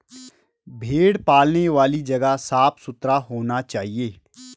भेड़ पालने वाली जगह साफ सुथरा होना चाहिए